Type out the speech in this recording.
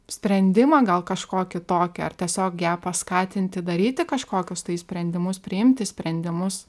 sprendimą gal kažkokį tokį ar tiesiog ją paskatinti daryti kažkokius sprendimus priimti sprendimus